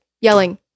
yelling